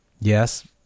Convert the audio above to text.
Yes